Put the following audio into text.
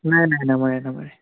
নাই নাই নামাৰে নামাৰে